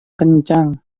kencang